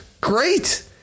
Great